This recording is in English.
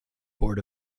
board